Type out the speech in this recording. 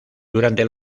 durante